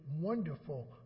wonderful